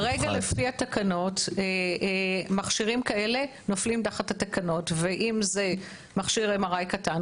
כרגע לפי התקנות מכשירים כאלה נופלים תחת התקנות ואם זה מכשיר MRI קטן,